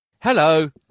Hello